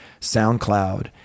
SoundCloud